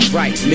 right